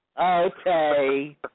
Okay